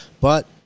But-